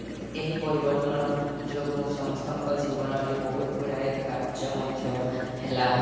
ଏହି ପରିବର୍ତ୍ତନ ଯୋଗୁଁ ସମସ୍ତଙ୍କ ଜୀବନରେ ବହୁତ ଗୁଡ଼ାଏ କାର୍ଯ୍ୟ ମଧ୍ୟ ହେଲା